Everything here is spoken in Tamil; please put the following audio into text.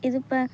இதுப